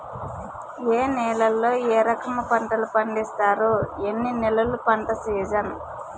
ఏ నేలల్లో ఏ రకము పంటలు పండిస్తారు, ఎన్ని నెలలు పంట సిజన్?